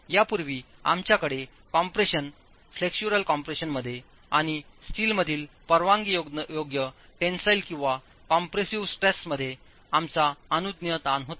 यापूर्वी आमच्याकडे compression flexural कम्प्रेशनमध्ये आणि स्टीलमधील परवानगीयोग्य टेन्सिल किंवा कॉम्प्रेसिव्ह स्ट्रेसमध्ये आमचा अनुज्ञेय ताण होता